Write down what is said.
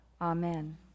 Amen